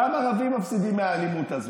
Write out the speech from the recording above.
גם הערבים מפסידים מהאלימות הזאת.